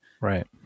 Right